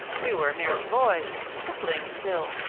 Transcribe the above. we were merely boys, striplings still,